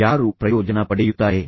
ಯಾರು ಪ್ರಯೋಜನ ಪಡೆಯುತ್ತಾರೆ